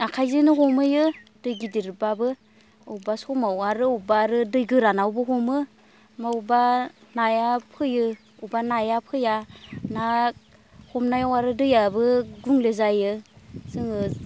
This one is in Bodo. आखाइजोंनो हमहैयो दै गिदिरबाबो बबेबा समाव आरो बबेबा आरो दै गोरानावबो हमो बबेयावबा नाया फैयो बबेबा नाया फैया ना हमनायाव आरो दैयाबो गुबुंले जायो जोङो